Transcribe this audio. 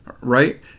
Right